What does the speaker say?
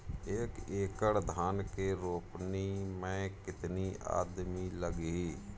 एक एकड़ धान के रोपनी मै कितनी आदमी लगीह?